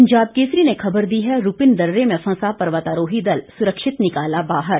पंजाब केसरी ने खबर दी है रूपिन दर्रे में फंसा पर्वतारोही दल सुरक्षित निकाला बाहर